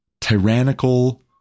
tyrannical